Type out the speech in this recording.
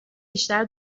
بیشتر